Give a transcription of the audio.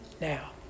now